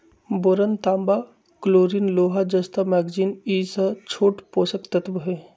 boron तांबा chlorine लोहा जस्ता मैग्निज ई स छोट पोषक तत्त्व हई